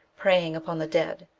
preying upon the dead.